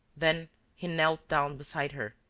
then he knelt down beside her,